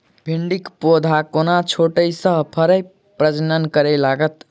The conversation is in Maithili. भिंडीक पौधा कोना छोटहि सँ फरय प्रजनन करै लागत?